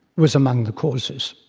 was among the causes.